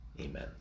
Amen